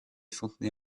fontenay